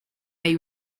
hay